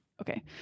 Okay